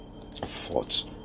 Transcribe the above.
thoughts